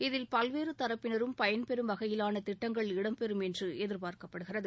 இதில் பல்வேறு தரப்பினரும் பயன்பெறும் வகையிலான திட்டங்கள் இடம்பெறும் என்று எதிர்பார்க்கப்படுகிறது